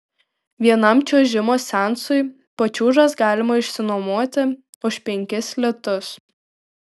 vienam čiuožimo seansui pačiūžas galima išsinuomoti už penkis litus